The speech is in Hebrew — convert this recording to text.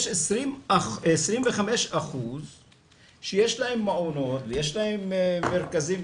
יש 25% שיש להם מעונות ויש להם מרכזים